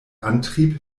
antrieb